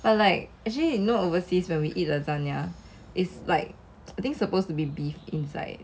but like actually you know overseas when we eat lasagna is like I think it's supposed to be beef inside